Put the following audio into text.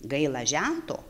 gaila žento